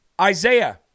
Isaiah